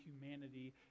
humanity